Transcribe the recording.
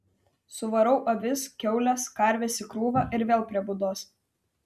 suvarau avis kiaules karves į krūvą ir vėl prie būdos